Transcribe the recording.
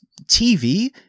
TV